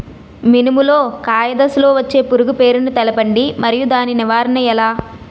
మినుము లో కాయ దశలో వచ్చే పురుగు పేరును తెలపండి? మరియు దాని నివారణ ఎలా?